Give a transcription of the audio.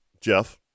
Jeff